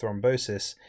thrombosis